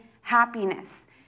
happiness